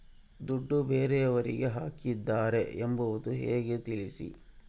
ದುಡ್ಡು ಬೇರೆಯವರಿಗೆ ಹಾಕಿದ್ದಾರೆ ಎಂಬುದು ಹೇಗೆ ತಿಳಿಸಿ?